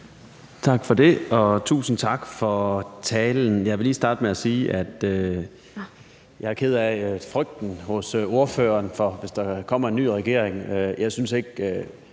Tak for det. Og tusind tak for talen. Jeg vil lige starte med at sige, at jeg er ked af frygten hos ordføreren for, at der kommer en ny regering. Jeg synes ikke,